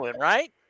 right